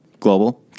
Global